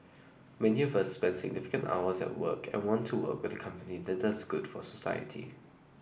many of us spend significant hours at work and want to work with a company that does good for society